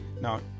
now